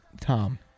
Tom